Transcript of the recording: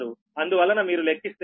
6 అందువలన మీరు లెక్కిస్తే 6